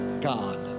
God